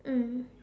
mm